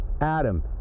Adam